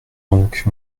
donc